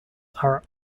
are